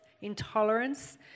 Intolerance